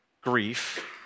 grief